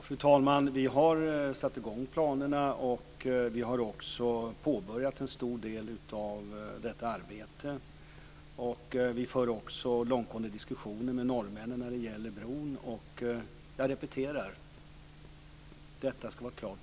Fru talman! Vi har satt i gång planerna och har påbörjat en stor del av detta arbete. Vi för också långtgående diskussioner med norrmännen när det gäller bron. Och jag repeterar: Detta ska vara klart